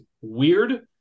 weird